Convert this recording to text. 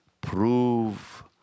Prove